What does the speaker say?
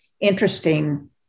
interesting